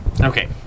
Okay